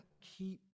keep